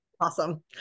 Awesome